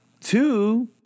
two